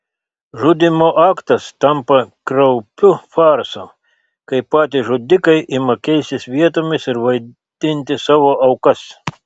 žudymo aktas tampa kraupiu farsu kai patys žudikai ima keistis vietomis ir vaidinti savo aukas